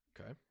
Okay